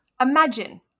imagine